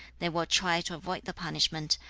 they will try to avoid the punishment,